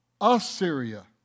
Assyria